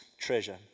treasure